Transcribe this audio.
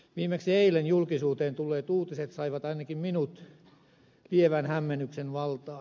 viimeksi eilen julkisuuteen tulleet uutiset saivat ainakin minut lievän hämmennyksen valtaan